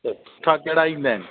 त सुठा कहिड़ा ईंदा आहिनि